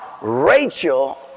Rachel